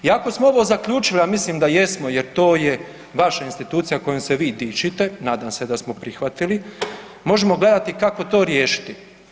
I ako smo ovo zaključili, a mislim da jesmo jer to je vaša institucija kojom se vi dičite, nadam se da smo prihvatili možemo gledati kako to riješiti.